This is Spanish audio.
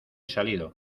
salido